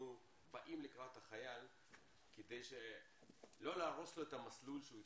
באים לקראת החייל כדי לא להרוס לו את המסלול שהוא התחיל,